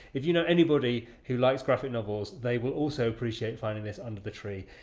if you know anybody who likes graphic novels, they will also appreciate finding this under the tree.